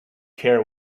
care